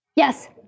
Yes